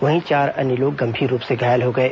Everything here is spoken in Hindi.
वहीं चार अन्य लोग गंभीर रूप से घायल हो गए